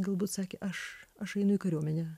galbūt sakė aš einu į kariuomenę